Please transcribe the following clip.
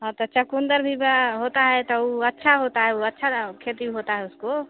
हाँ तो चुकंदर भी होता है तो वह अच्छा होता है ऊ अच्छा ऊ खेती होता है उसको